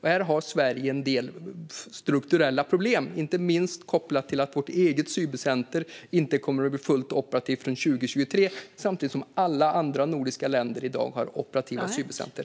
Här har Sverige en del strukturella problem, inte minst för att vårt eget cybercenter inte kommer att vara fullt operativt förrän 2023 samtidigt som alla andra nordiska länder i dag har operativa cybercenter.